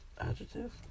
Adjective